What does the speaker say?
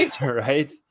right